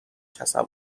تصور